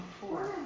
four